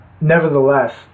Nevertheless